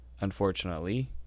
unfortunately